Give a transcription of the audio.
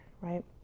right